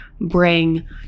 bring